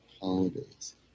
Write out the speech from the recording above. holidays